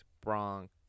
Bronx